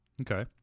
Okay